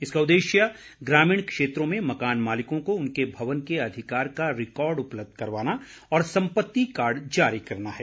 इसका उद्देश्य ग्रामीण क्षेत्रों में मकान मालिकों को उनके भवन के अधिकार का रिकॉर्ड उपलब्ध कराना और सम्पत्ति कार्ड जारी करना है